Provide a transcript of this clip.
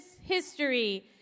history